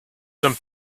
some